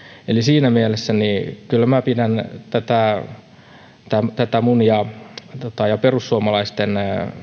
eli siinä mielessä kyllä pidän tätä minun ja perussuomalaisten